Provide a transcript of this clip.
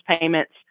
payments